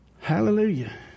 Hallelujah